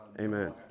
Amen